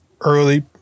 early